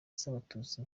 z’abatutsi